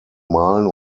malen